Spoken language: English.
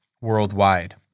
worldwide